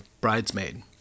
bridesmaid